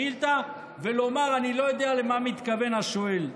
על השאילתה ולומר: אני לא יודע למה מתכוון השואל.